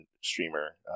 streamer